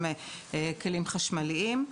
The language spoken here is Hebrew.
גם כלים חשמליים.